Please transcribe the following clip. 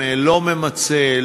לא ממצה,